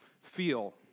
feel